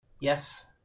Yes